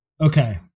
Okay